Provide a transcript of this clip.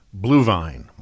Bluevine